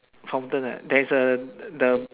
fountain that there is a the